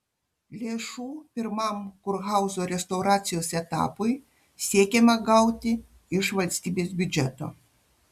lėšų pirmam kurhauzo restauracijos etapui siekiama gauti iš valstybės biudžeto